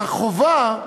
החובה,